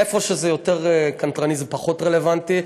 איפה שזה יותר קנטרני זה פחות רלוונטי.